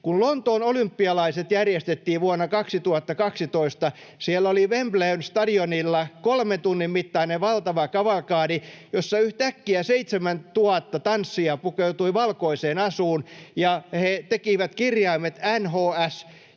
Kun Lontoon olympialaiset järjestettiin vuonna 2012, siellä oli Wembleyn stadionilla kolmen tunnin mittainen valtava kavalkadi, jossa yhtäkkiä 7 000 tanssijaa pukeutui valkoiseen asuun, ja he tekivät kirjaimet NHS, joka